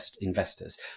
investors